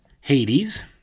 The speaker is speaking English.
Hades